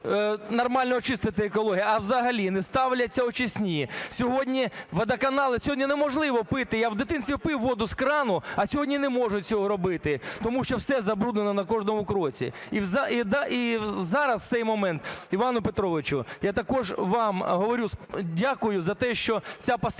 нормально очистити екологію, а взагалі не ставляться очисні. Сьогодні водоканали… Сьогодні неможливо пити, я в дитинстві пив воду з крану, а сьогодні не можу цього робити, тому що все забруднено на кожному кроці. І зараз в цей момент, Іване Петровичу, я також вам говорю дякую за те, що ця постанова